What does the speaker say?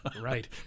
right